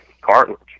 cartilage